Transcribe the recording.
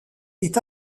est